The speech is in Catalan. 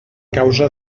causa